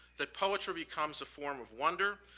that poetry becomes a form of wonder,